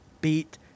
Beat